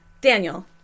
Daniel